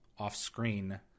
off-screen